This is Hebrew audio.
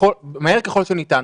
מהר ככל שניתן,